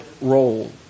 role